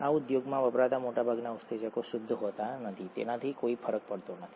આ ઉદ્યોગમાં વપરાતા મોટા ભાગના ઉત્સેચકો શુદ્ધ હોતા નથી તેનાથી કોઈ ફરક પડતો નથી